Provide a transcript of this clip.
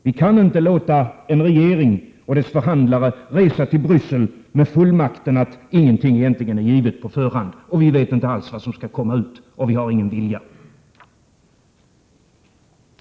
Vi kan inte låta en regering och dess förhandlare resa till Bryssel med fullmakten att ingenting egentligen är givet på förhand, att vi inte alls vet vad som skall komma ut av detta och att vi inte har någon vilja.